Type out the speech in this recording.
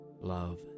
love